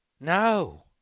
No